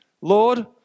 Lord